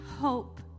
hope